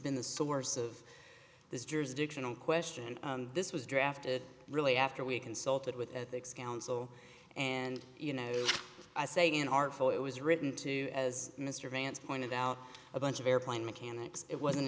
been the source of this jersey dictionary question and this was drafted really after we consulted with ethics council and you know i say in artful it was written to as mr vance pointed out a bunch of airplane mechanics it wasn't